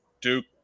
Duke